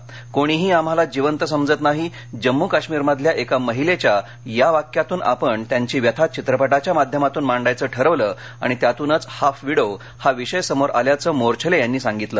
कोणीही आम्हाला जिवंत समजत नाही जम्मू काश्मीर मधल्या एका महिलेच्या या वाक्यातून आपण त्यांची व्यथा चित्रपटाच्या माध्यमातून मांडायचं ठरवलं आणि त्यातूनच हाफ विडो हा विषय समोर आल्याचं मोर्छले यांनी सांगितलं